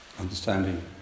understanding